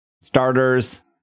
starters